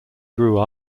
grew